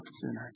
sinners